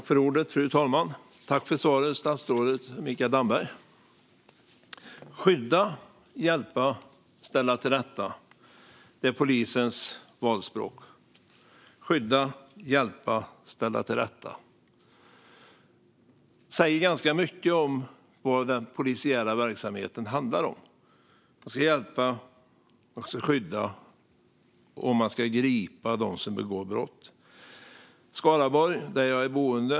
Fru talman! Tack för svaret, statsrådet Mikael Damberg! Skydda, hjälpa, ställa till rätta - det är polisens valspråk. Det säger ganska mycket om vad den polisiära verksamheten handlar om. Man ska hjälpa. Man ska skydda. Och man ska gripa dem som begår brott. Jag är boende i Skaraborg.